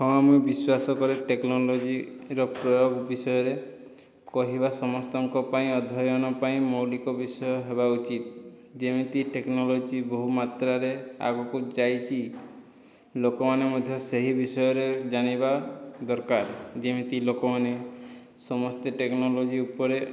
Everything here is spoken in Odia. ହଁ ମୁଁ ବିଶ୍ଵାସ କରେ ଟେକ୍ନୋଲୋଜିର ପ୍ରୟୋଗ ବିଷୟରେ କହିବା ସମସ୍ତଙ୍କ ପାଇଁ ଅଧ୍ୟୟନ ପାଇଁ ମୌଳିକ ବିଷୟ ହେବା ଉଚିତ୍ ଯେମିତି ଟେକ୍ନୋଲୋଜି ବହୁ ମାତ୍ରାରେ ଆଗକୁ ଯାଇଛି ଲୋକମାନେ ମଧ୍ୟ ସେହି ବିଷୟରେ ଜାଣିବା ଦରକାର ଯେମିତି ଲୋକମାନେ ସମସ୍ତେ ଟେକ୍ନୋଲୋଜି ଉପରେ